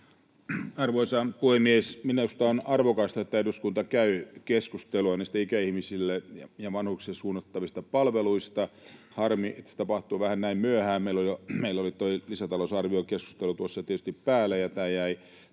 Arvoisa puhemies! Minusta on arvokasta, että eduskunta käy keskustelua näistä ikäihmisille ja vanhuksille suunnattavista palveluista. Harmi, että se tapahtuu vähän näin myöhään. Meillä oli tuo lisätalousarviokeskustelu tuossa tietysti